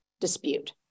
dispute